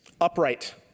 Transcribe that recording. Upright